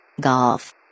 Golf